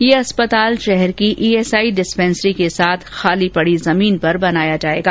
ये अस्पताल शहर की ईएसआई डिस्पेंसरी के साथ खाली पड़ी जमीन पर बनाया जाएगा